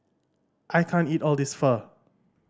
I can't eat all this Pho